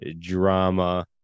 drama